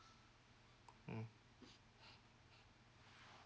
mm